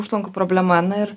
užtvankų problema na ir